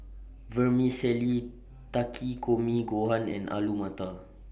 Vermicelli Takikomi Gohan and Alu Matar